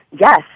yes